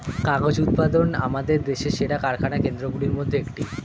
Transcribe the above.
কাগজ উৎপাদন আমাদের দেশের সেরা কারখানা কেন্দ্রগুলির মধ্যে একটি